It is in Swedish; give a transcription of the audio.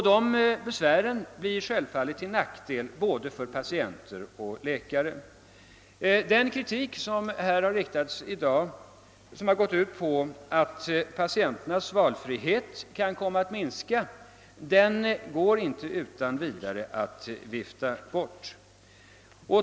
De besvären blir självfallet till nackdel för både patienter och läkare. Den kritik som i dag har riktats mot att patienternas valfrihet kan komma att minska går inte att utan vidare vifta bort.